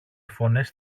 φωνές